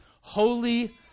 holy